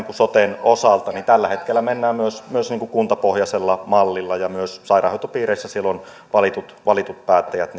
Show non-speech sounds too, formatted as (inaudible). soten osalta tällä hetkellä mennään myös myös kuntapohjaisella mallilla ja myös sairaanhoitopiireissä silloin valitut valitut päättäjät (unintelligible)